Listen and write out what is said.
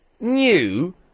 new